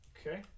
Okay